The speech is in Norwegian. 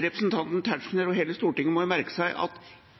Representanten Tetzschner og hele Stortinget må jo merke seg at